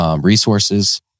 resources